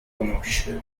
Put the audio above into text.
conosce